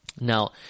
Now